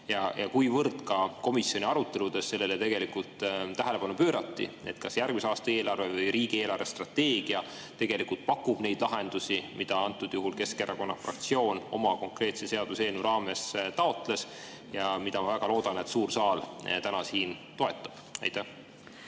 Kas ka komisjoni aruteludes sellele tähelepanu pöörati? Kas järgmise aasta eelarve või riigi eelarvestrateegia tegelikult pakub neid lahendusi, mida antud juhul Keskerakonna fraktsioon oma konkreetse seaduseelnõu raames taotles ja mida, ma väga loodan, suur saal täna siin toetab? Aitäh